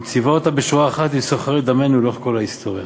המציבה אותה בשורה אחת עם סוחרי דמנו לאורך כל ההיסטוריה.